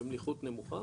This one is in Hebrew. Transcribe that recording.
במליחות נמוכה,